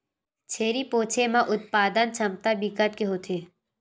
छेरी पोछे म उत्पादन छमता बिकट के होथे